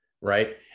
right